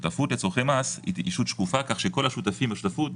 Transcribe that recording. שותפות לצורכי מס היא ישות שקופה כך שכל השותפים והשותפות,